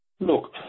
Look